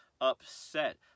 upset